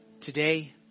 today